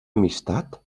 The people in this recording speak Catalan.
amistat